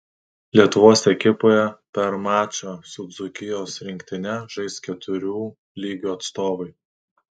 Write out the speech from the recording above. lietuvos ekipoje per mačą su dzūkijos rinktine žais keturių lygų atstovai